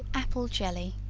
apple jelly.